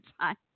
time